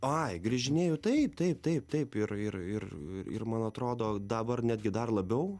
ai grįžinėju taip taip taip taip ir ir ir ir man atrodo dabar netgi dar labiau